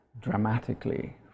dramatically